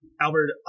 Albert